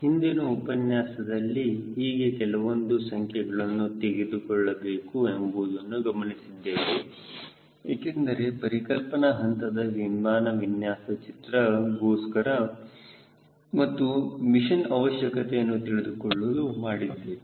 ಹಿಂದಿನ ಉಪನ್ಯಾಸದಲ್ಲಿ ಹೀಗೆ ಕೆಲವೊಂದು ಸಂಖ್ಯೆಗಳನ್ನು ತಿಳಿದುಕೊಳ್ಳಬೇಕು ಎಂಬುದನ್ನು ಗಮನಿಸಿದ್ದೇವೆ ಏಕೆಂದರೆ ಪರಿಕಲ್ಪನೆ ಹಂತದ ವಿಮಾನ ವಿನ್ಯಾಸದ ಚಿತ್ರ ಗೋಸ್ಕರ ಮತ್ತು ಮಿಷನ್ ಅವಶ್ಯಕತೆಯನ್ನು ತಿಳಿದುಕೊಳ್ಳಲು ಮಾಡಿದ್ದೇವೆ